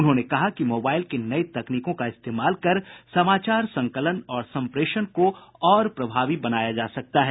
उन्होंने कहा कि मोबाईल के नये तकनीकों का इस्तेमाल कर समाचार संकलन और संप्रेषण को और प्रभावी बनाया जा सकता है